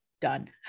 Done